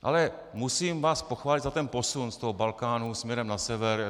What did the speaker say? Ale musím vás pochválit za ten posun z Balkánu směrem na sever.